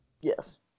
Yes